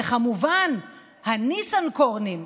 וכמובן הניסנקורנים?